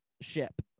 ship